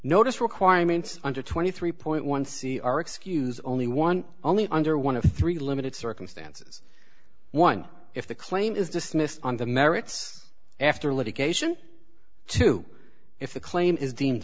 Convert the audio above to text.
notice requirements under twenty three point one see or excuse only one only under one of three limited circumstances one if the claim is dismissed on the merits after litigation two if the claim is deemed